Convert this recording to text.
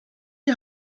die